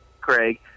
Craig